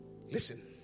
Listen